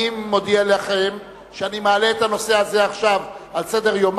אני מודיע לכם שאני מעלה את הנושא הזה עכשיו על סדר-היום,